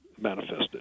manifested